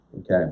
okay